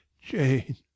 Jane